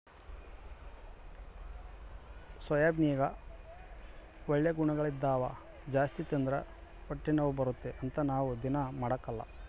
ಸೋಯಾಬೀನ್ನಗ ಒಳ್ಳೆ ಗುಣಗಳಿದ್ದವ ಜಾಸ್ತಿ ತಿಂದ್ರ ಹೊಟ್ಟೆನೋವು ಬರುತ್ತೆ ಅಂತ ನಾವು ದೀನಾ ಮಾಡಕಲ್ಲ